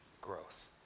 growth